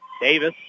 Davis